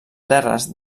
terres